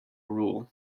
rule